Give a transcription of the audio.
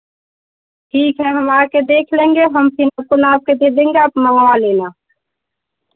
ठीक है हम आके देख लेंगे हम चुनाव कर के देंगे आप मँगवा लेना